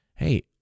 hey